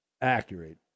accurate